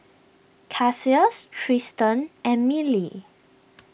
Cassius Tristen and Mylie